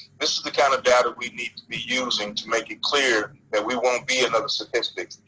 this is the kind of data we need to be using to make it clear that we wont be another statistic.